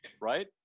right